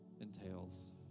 entails